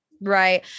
Right